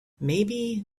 maybe